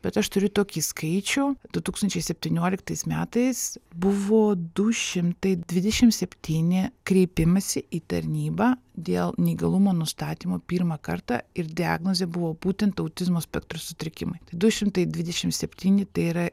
bet aš turiu tokį skaičių du tūkstančiai septynioliktais metais buvo du šimtai dvidešim septyni kreipimaisi į tarnybą dėl neįgalumo nustatymo pirmą kartą ir diagnozė buvo būtent autizmo spektro sutrikimai du šimtai dvidešim septyni tai yra